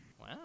Wow